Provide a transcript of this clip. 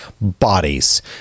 bodies